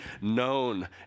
known